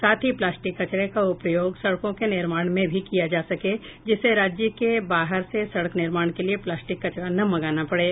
साथ ही प्लास्टिक कचरे का उपयोग सड़कों के निर्माण में भी किया जा सके जिससे राज्य के बाहर से सड़क निर्माण के लिए प्लास्टिक कचरा न मंगाना पड़े